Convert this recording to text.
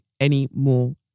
anymore